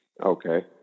Okay